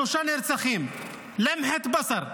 שלושה נרצחים (אומר דברים בשפה הערבית).